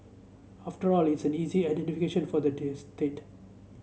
after all it's an easy identification for the state